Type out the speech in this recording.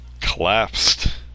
collapsed